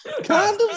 Condoms